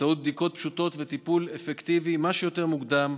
באמצעות בדיקות פשוטות וטיפול אפקטיבי כמה שיותר מוקדם,